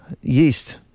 yeast